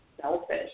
selfish